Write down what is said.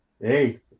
hey